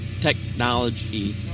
technology